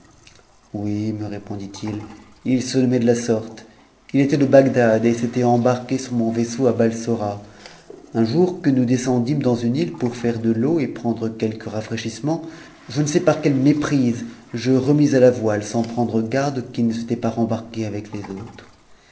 oui me répondit-il ii se nommait la sorte il était de bagdad et s'était embarqué sur mon vaisseau à baiso un jour que nous descendîmes dans une île pour faire de l'eau et p'eik quelque rafraîchissement je ne sais par quelle méprise je mis à la sans prendre garde qu'il ne s'était pas rembarqué avec les autres